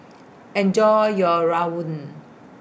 Enjoy your Rawon